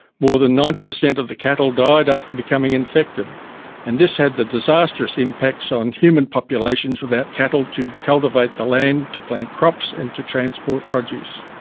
more than ninety percent of the cattle died after becoming infected and this had the disastrous impacts on human populations without cattle to cultivate the land to plant crops and to transport produce.